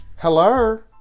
Hello